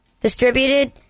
Distributed